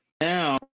Now